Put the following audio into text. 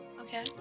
Okay